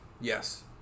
Yes